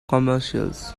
commercials